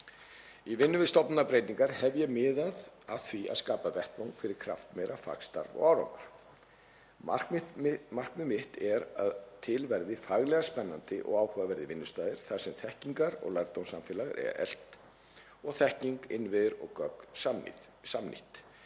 Í vinnu við stofnanabreytingar hef ég miðað að því að skapa vettvang fyrir kraftmeira fagstarf og árangur. Markmið mitt er að til verði faglega spennandi og áhugaverðir vinnustaðir þar sem þekkingar- og lærdómssamfélag er eflt og þekking, innviðir og gögn samnýtt.